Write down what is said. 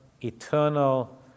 eternal